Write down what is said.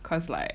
cause like